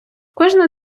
кожна